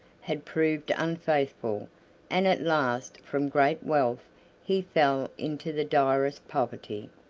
had proved unfaithful and at last from great wealth he fell into the direst poverty.